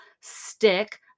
stick